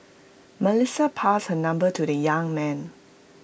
Melissa passed her number to the young man